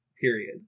period